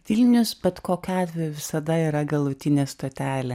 vilnius bet kokiu atveju visada yra galutinė stotelė